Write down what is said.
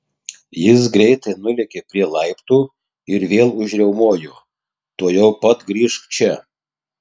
jis greitai nulėkė prie laiptų ir vėl užriaumojo tuojau pat grįžk čia